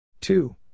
Two